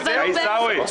הוא באמצע.